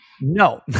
No